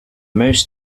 mouse